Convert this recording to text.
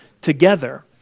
together